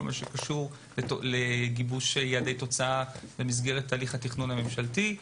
מה שקשור לגיבוש יעדי תוצאה במסגרת הליך התכנון הממשלתי.